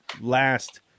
last